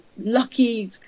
lucky